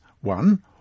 One